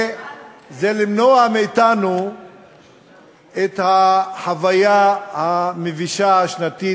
זה למנוע מאתנו את החוויה המבישה השנתית,